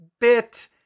bit